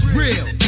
real